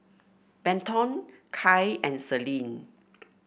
Benton Kai and Selene